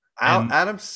Adam